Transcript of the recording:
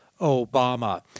Obama